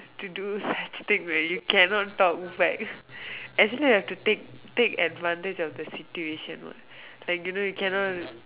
to do such thing where you cannot talk back actually have to take take advantage of the situation what like you know cannot